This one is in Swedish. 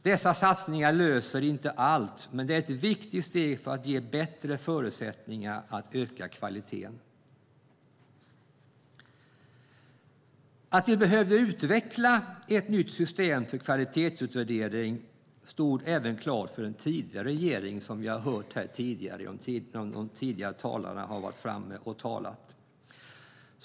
Dessa satsningar löser inte allt, men det är ett viktigt steg för att ge bättre förutsättningar att öka kvaliteten. Att vi behövde utveckla ett nytt system för kvalitetsutvärdering stod även klart för den tidigare regeringen, vilket vi har hört från tidigare talare.